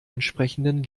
entsprechenden